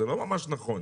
זה לא ממש נכון.